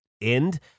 end